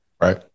right